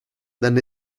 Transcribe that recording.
then